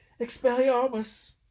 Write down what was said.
Expelliarmus